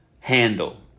handle